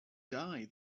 die